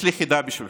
יש לי חידה בשבילכם.